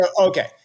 Okay